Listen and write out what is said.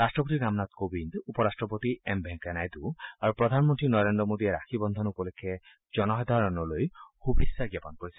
ৰাট্টপতি ৰামনাথ কোবিন্দ উপ ৰাট্টপতি এম ভেংকায়া নাইডু আৰু প্ৰধানমন্ত্ৰী নৰেন্দ্ৰ মোদীয়ে ৰাখী বন্ধন উপলক্ষে জনসাধাৰণলৈ শুভেচ্ছা জ্ঞাপন কৰিছে